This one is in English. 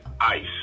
ice